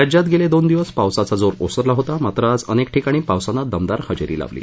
राज्यात गेले दोन दिवस पावसाचा जोर ओसरला होता मात्र आज अनेक ठिकाणी पावसानं दमदार हजेरी लावली